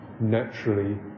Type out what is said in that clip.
naturally